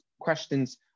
questions